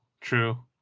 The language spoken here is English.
true